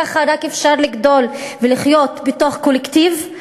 רק ככה אפשר לגדול ולחיות בתוך קולקטיב,